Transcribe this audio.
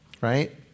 right